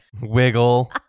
Wiggle